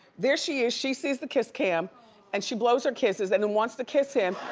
there she is, she sees the kiss cam and she blows her kisses. and then wants to kiss him.